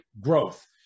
Growth